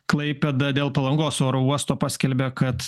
klaipėda dėl palangos oro uosto paskelbė kad